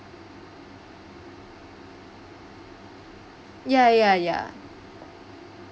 ya ya ya